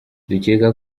dukeka